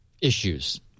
issues